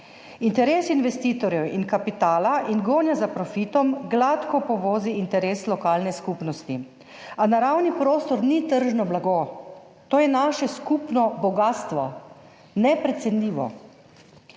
Interes investitorjev in kapitala in gonja za profitom gladko povozita interes lokalne skupnosti, a naravni prostor ni tržno blago, to je naše skupno bogastvo. Neprecenljivo.